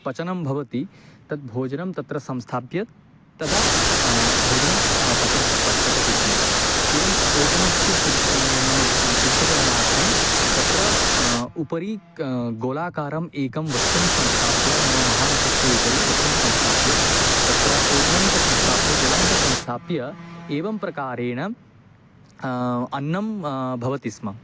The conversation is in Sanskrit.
पचनं भवति तद्भोजनं तत्र संस्थाप्य तदा भोजनं पचन्ति प पचति स्म एवम् ओदनस्य सिद्धं नाम सिद्धकरणार्थं तत्र उपरि क गोलाकारम् एकं वस्तुं संस्थाप्य नाम महानसस्य उपरि वस्तुं संस्थाप्य तत्र ओदनं च संस्थाप्य जलं च संस्थाप्य एवं प्रकारेण अन्नं भवति स्म